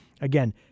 Again